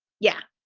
yeah.